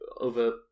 over